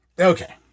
Okay